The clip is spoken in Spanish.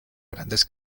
grandes